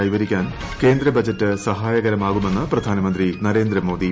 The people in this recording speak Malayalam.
കൈവരിക്കാൻ കേന്ദ്ര ബജറ്റ് സഹായകരമാകുമെന്ന് പ്രധാനമന്ത്രി നരേന്ദ്രമോദി